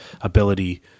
ability